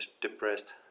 depressed